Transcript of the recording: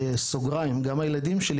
גם הילדים שלי,